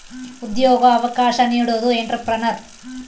ಉದ್ಯೋಗ ಅವಕಾಶ ನೀಡೋದು ಎಂಟ್ರೆಪ್ರನರ್